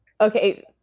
okay